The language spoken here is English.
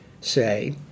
say